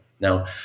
Now